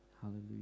Hallelujah